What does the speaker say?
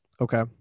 Okay